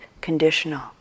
conditional